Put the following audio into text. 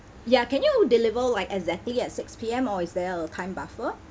ya can you deliver like exactly at six P_M or is there a time buffer